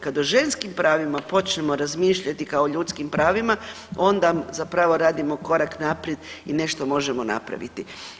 Kad o ženskim pravima počnemo razmišljati kao o ljudskim pravima onda zapravo radimo korak naprijed i nešto možemo napraviti.